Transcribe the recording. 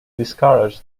discouraged